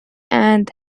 and